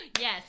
Yes